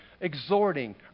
exhorting